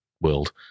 world